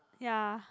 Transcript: ya